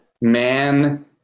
man